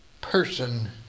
person